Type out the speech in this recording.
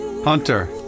Hunter